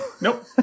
Nope